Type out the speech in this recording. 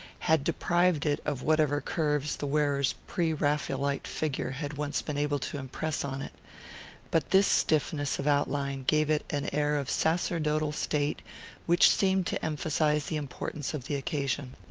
had deprived it of whatever curves the wearer's pre-raphaelite figure had once been able to impress on it but this stiffness of outline gave it an air of sacerdotal state which seemed to emphasize the importance of the occasion.